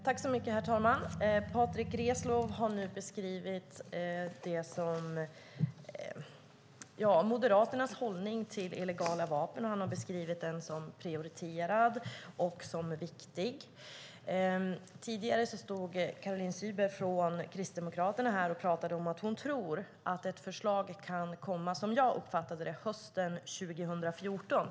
Herr talman! Patrick Reslow har nu beskrivit Moderaternas hållning till illegala vapen. Han har beskrivit det som prioriterat och som viktigt. Tidigare stod Caroline Szyber från Kristdemokraterna här och pratade om att hon tror att ett förslag kan komma, som jag uppfattade det, hösten 2014.